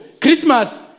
Christmas